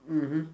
mmhmm